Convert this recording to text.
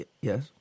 Yes